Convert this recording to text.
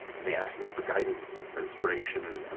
and they ask me for guidance and for inspiration, and